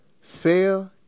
Fair